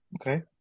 okay